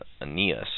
Aeneas